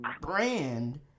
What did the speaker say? brand